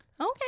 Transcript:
Okay